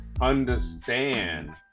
understand